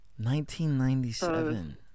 1997